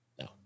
No